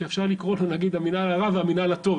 שאפשר לקרוא להם ולהגיד "המנהל הרע והמנהל הטוב",